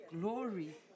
Glory